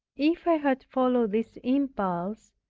if i had followed this impulse,